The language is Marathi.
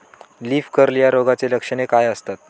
लीफ कर्ल या रोगाची लक्षणे काय असतात?